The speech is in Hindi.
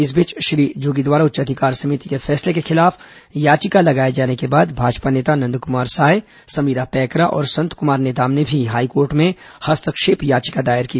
इस बीच श्री जोगी द्वारा उच्च अधिकार समिति के फैसले के खिलाफ याचिका लगाए जाने के बाद भाजपा नेता नंदकुमार साय समीरा पैकरा और संत कुमार नेताम ने भी हाईकोर्ट में हस्तक्षेप याचिका दायर की